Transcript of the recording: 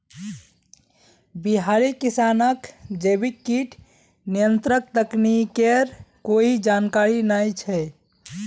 बिहारी किसानक जैविक कीट नियंत्रण तकनीकेर कोई जानकारी नइ छ